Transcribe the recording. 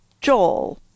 Joel